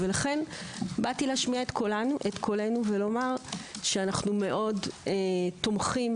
לכן באתי להשמיע קולנו ולומר שאנו מאוד תומכים